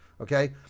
okay